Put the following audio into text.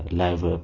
live